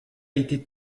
été